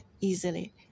easily